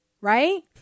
Right